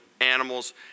animals